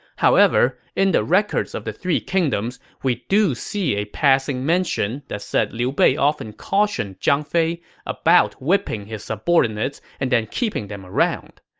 however, in the records of the three kingdoms, we do see a passing mention that said liu bei often cautioned zhang fei about whipping his subordinates and then keeping them around.